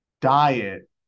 diet